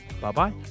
Bye-bye